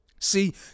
See